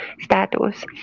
status